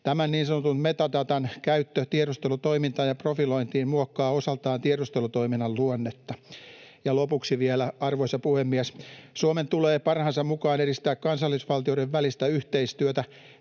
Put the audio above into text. Tämän niin sanotun metadatan käyttö tiedustelutoimintaan ja profilointiin muokkaa osaltaan tiedustelutoiminnan luonnetta. Ja lopuksi vielä, arvoisa puhemies: Suomen tulee parhaansa mukaan edistää kansallisvaltioiden välistä yhteistyötä.